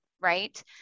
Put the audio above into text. right